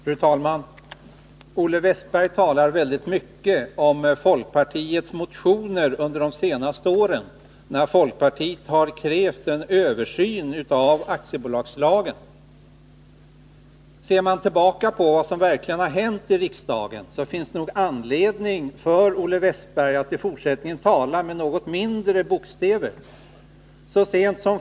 Fru talman! Olle Wästberg talade mycket om folkpartiets motioner under de senaste åren. Folkpartiet har krävt en översyn av aktiebolagslagen, sade han. Ser man tillbaka på vad som verkligen har hänt i riksdagen, finner man att det finns anledning för Olle Wästberg att i fortsättningen tala med något mindre bokstäver.